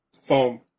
foam